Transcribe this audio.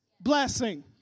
blessing